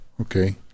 okay